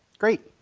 great.